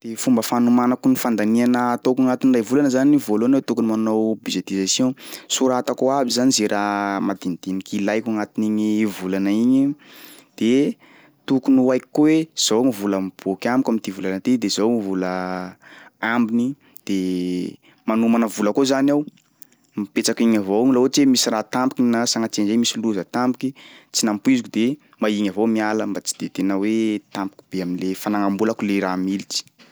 De fomba fanomanako ny fandaniana ataoko agnatin'ny ray volana zany, voalohany aho tokony manao budgetisation, soratako aby zany zay raha madinidiniky ilaiko agnatin'igny volana igny de tokony ho haiko koa hoe zao gny vola miboaky amiko am'ty volana ty de zao vola ambiny de manomana vola koa zany aho mipetsaky egny avao laha ohatsy hoe misy raha tampoky na sagnatria an'zay misy loza tampoky tsy nampoiziko de mba igny avao miala mba tsy de tena hoe tampoky be am'le fanagnam-bolako le raha militry.